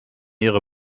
ihre